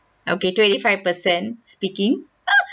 okay twenty five percent speaking